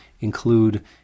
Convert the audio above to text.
include